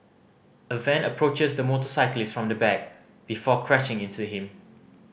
a van approaches the motorcyclist from the back before crashing into him